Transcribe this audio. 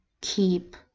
keep